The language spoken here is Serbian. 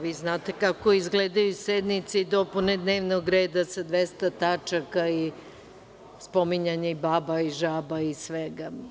Vi znate kako izgledaju sednice i dopune dnevnog reda sa 200 tačaka, spominjanje i baba i žaba i svega.